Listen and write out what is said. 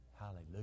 Hallelujah